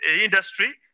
industry